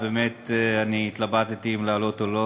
באמת התלבטתי אם לעלות או לא.